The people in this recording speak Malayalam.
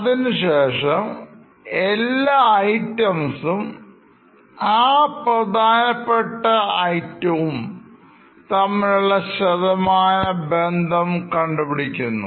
അതിനുശേഷം എല്ലാ ഐറ്റംസും ആ പ്രധാനപ്പെട്ട item വും തമ്മിലുള്ള ശതമാന ബന്ധം കണ്ടു പിടിക്കുന്നു